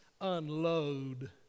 unload